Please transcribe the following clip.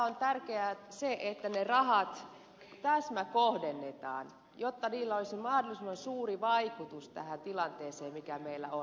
on tärkeää että ne rahat täsmäkohdennetaan jotta niillä olisi mahdollisimman suuri vaikutus tähän tilanteeseen mikä meillä on